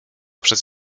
przez